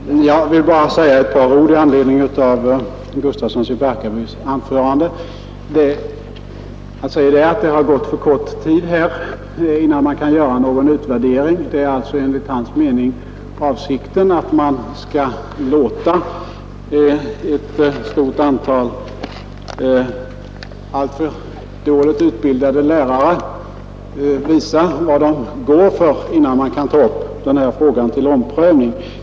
Fru talman! Jag vill bara säga ett par ord i anledning av herr Gustafssons i Barkarby anförande. Herr Gustafsson säger att det har förflutit för kort tid för att man skulle kunna göra någon utvärdering. Det är alltså enligt hans mening avsikten att man skall låta ett stort antal alltför dåligt utbildade lärare visa vad de går för, innan man kan ta upp den här frågan till omprövning.